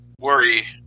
worry